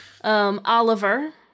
Oliver